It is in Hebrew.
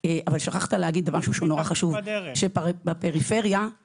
יש לנו את הדוח של בועז סופר שכתב לפורום